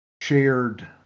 shared